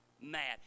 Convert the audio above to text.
mad